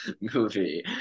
movie